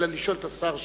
אלא לשאול את השר שאלה.